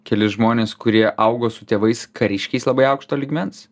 kelis žmones kurie augo su tėvais kariškiais labai aukšto lygmens